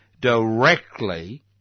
directly